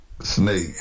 Snake